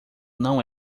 não